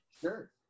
sure